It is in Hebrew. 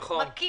נכון.